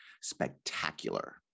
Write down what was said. spectacular